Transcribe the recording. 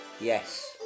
Yes